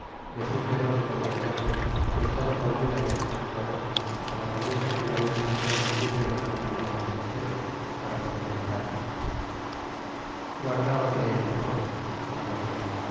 decidme donde podré hallarle pues todo lo olvidaré todo hasta la promesa que me habeis hecho de admitirme en la compañía de mosqueteros para poder vengarme guardaos de ello jóven esclamó treville